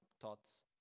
thoughts